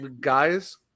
guys